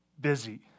busy